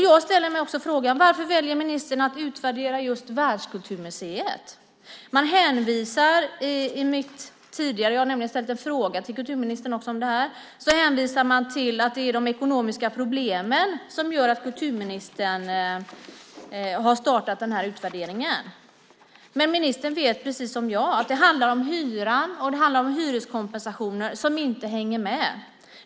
Jag ställer mig frågan: Varför väljer ministern att utvärdera just Världskulturmuseet? Jag har också ställt en skriftlig fråga till kulturministern om detta. I svaret hänvisar man till att det är de ekonomiska problemen som gör att kulturministern har startat utvärderingen. Men ministern vet precis som jag att det handlar om hyran och om hyreskompensationer som inte hänger med.